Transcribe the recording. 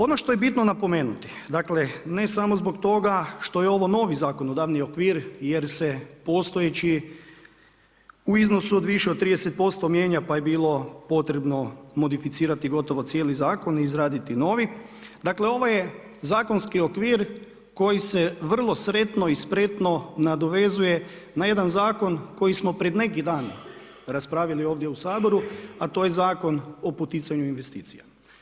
Ono što je bitno napomenuti, dakle ne samo zbog toga što je ovo novi zakonodavni okvir jer se postojeći u iznosu od više od 30% mijenja pa je bilo potrebno modificirati gotovo cijeli zakon i izraditi novi, dakle ovo je zakonski okvir koji se vrlo sretno i spretno nadovezuje na jedan zakon koji smo pred neki dan raspravili ovdje u Saboru, a to je Zakon o poticanju investicija.